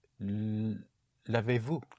Lavez-vous